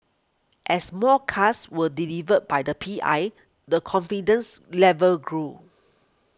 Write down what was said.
as more cars were delivered by the P I the confidence level grew